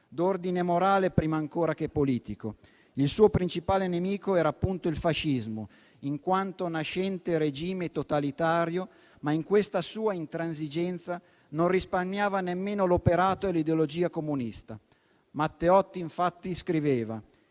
d'ordine morale, prima ancora che politico. Il suo principale nemico era appunto il fascismo, in quanto nascente regime totalitario; ma, in questa sua intransigenza, non risparmiava nemmeno l'operato e l'ideologia comunista. Matteotti, infatti, scriveva: